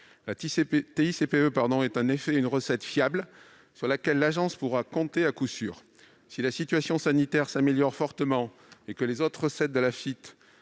La TICPE est en effet une recette fiable sur laquelle l'agence pourra à coup sûr compter. Si la situation sanitaire s'améliore fortement et que les autres recettes de l'Afitf